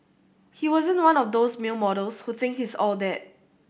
he wasn't one of those male models who think he's all that